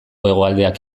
hegoaldeak